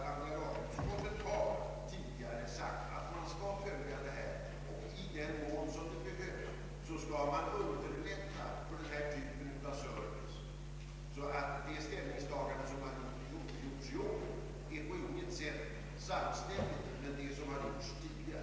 Jag tycker som reservanterna att utskottsmajoriteten ser väldigt dogmatiskt på problemet, och jag kommer, herr talman, för min del att rösta för reservationen.